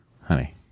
Honey